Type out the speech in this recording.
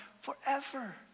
forever